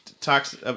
talks